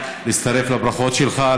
להצטרף לברכות שלך,